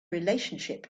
relationship